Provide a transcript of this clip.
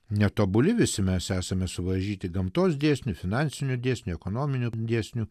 netobuli visi mes esame suvaržyti gamtos dėsnių finansinių dėsnių ekonominių dėsnių